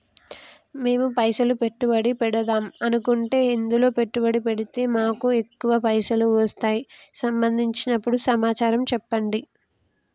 మేము పైసలు పెట్టుబడి పెడదాం అనుకుంటే ఎందులో పెట్టుబడి పెడితే మాకు ఎక్కువ పైసలు వస్తాయి సంబంధించిన సమాచారం చెప్పండి?